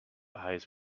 eyes